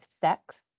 sex